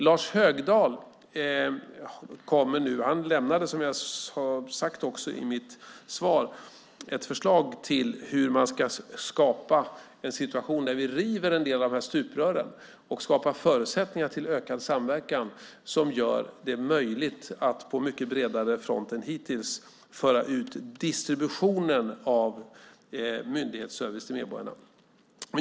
Lars Högdahl lämnade, som jag sade i svaret, ett förslag till hur man kan skapa en situation där vi river en del av de här stuprören och skapar förutsättningar för ökad samverkan som gör det möjligt att på mycket bredare front än hittills föra ut distributionen av myndighetsservice till medborgarna.